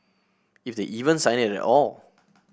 if they even sign it at all